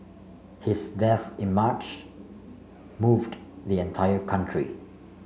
his death in March moved the entire country